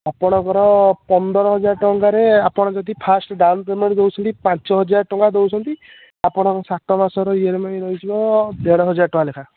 ଆପଣଙ୍କର ପନ୍ଦରହଜାର ଟଙ୍କାରେ ଆପଣ ଯଦି ଫାଷ୍ଟ ଡାଉନ୍ ପେମେଣ୍ଟ୍ ଦେଉଛନ୍ତି ପାଞ୍ଚହଜାର ଟଙ୍କା ଦେଉଛନ୍ତି ଆପଣଙ୍କ ସାତ ମାସର ଇ ଏମ୍ ଆଇ ରହିଯିବ ଦେଢ଼ହଜାର ଟଙ୍କା ଲେଖାଁ